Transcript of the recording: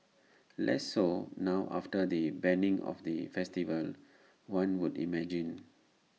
less so now after the banning of the festival one would imagine